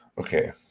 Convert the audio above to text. Okay